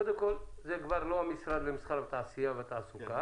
קודם כול זה כבר לא המשרד למסחר התעשייה והתעסוקה,